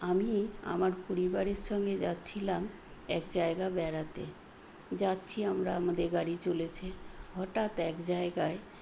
আমি আমার পরিবারের সঙ্গে যাচ্ছিলাম এক জায়গায় বেড়াতে যাচ্ছি আমরা আমাদের গাড়ি চলেছে হঠাৎ এক জায়গায়